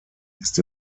ist